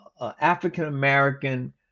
African-American